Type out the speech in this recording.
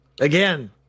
Again